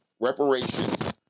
reparations